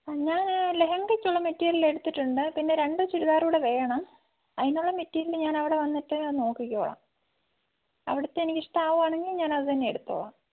ഞാൻ ലെഹങ്കയ്ക്ക് ഉള്ള മെറ്റീരിയൽ എടുത്തിട്ടുണ്ട് പിന്നെ രണ്ട് ചുരിദാർ കൂടെ വേണം അതിനുള്ള മെറ്റീരിയൽ ഞാൻ അവിടെ വന്നിട്ട് നോക്കിക്കോളാം അവിടുത്തെ എനിക്ക് ഇഷ്ടമാവുകയാണെങ്കിൽ ഞാൻ അതുതന്നെ എടുത്തോളാം